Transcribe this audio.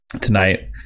tonight